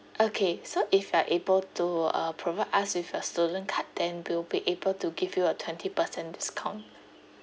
okay so if you are able to uh provide us with your student card then we'll be able to give you a twenty percent discount